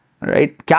right